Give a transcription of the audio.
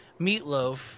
Meatloaf